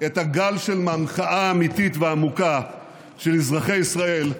את הגל של מחאה אמיתית ועמוקה של אזרחי ישראל,